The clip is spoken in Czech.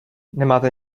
nemáte